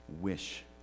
wish